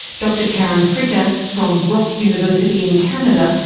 dr karen fricker, from brock university in canada,